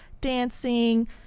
dancing